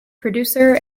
producer